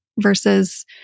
versus